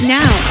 now